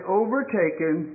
overtaken